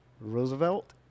Roosevelt